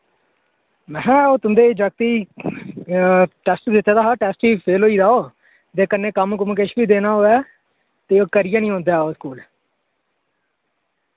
महै ओह् तुंदे जाकते ई टैस्ट दित्ते दा हा टैस्ट च फेल होई दा ओ ते कन्नै कम्म कुम किश बी देना होऐ ते ओह् करियै नि औंदा ऐ ओह् स्कूल